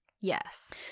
yes